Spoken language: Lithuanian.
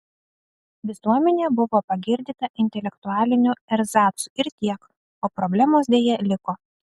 visuomenė buvo pagirdyta intelektualiniu erzacu ir tiek o problemos deja liko